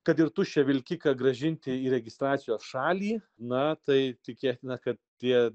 kad ir tuščią vilkiką grąžinti į registracijos šalį na tai tikėtina kad tie